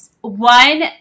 one